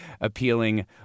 appealing